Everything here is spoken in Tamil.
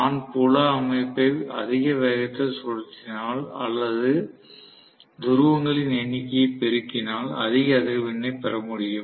நான் புல அமைப்பை அதிக வேகத்தில் சுழற்றினால் அல்லது துருவங்களின் எண்ணிக்கையை பெருக்கினால் அதிக அதிர்வெண்ணை பெற முடியும்